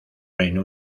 reino